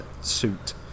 suit